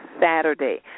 Saturday